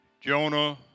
Jonah